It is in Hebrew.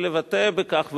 ולבטא בכך,